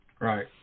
Right